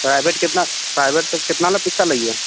private कतना प्राइवेटसब कतना पैसा लैए